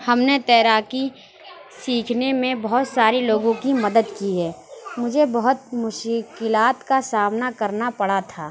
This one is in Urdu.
ہم نے تیراکی سیکھنے میں بہت سارے لوگوں کی مدد کی ہے مجھے بہت مشکلات کا سامنا کرنا پڑا تھا